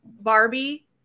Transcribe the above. Barbie